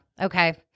Okay